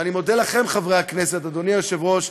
ואני מודה לכם, חברי הכנסת, אדוני היושב-ראש,